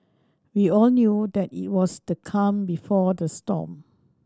we all knew that it was the calm before the storm